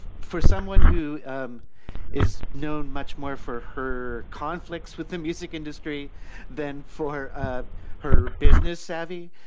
for someone who um is known much more for her conflicts with the music industry than for her, ah her business savvy.